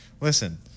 Listen